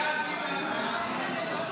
סעיף 01, כהצעת הוועדה, נתקבל.